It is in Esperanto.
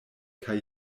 kaj